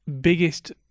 biggest